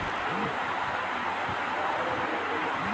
अपनी देस में माटी के गुण अउरी मौसम के हिसाब से खेती कइल जात हवे